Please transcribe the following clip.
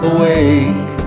Awake